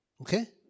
Okay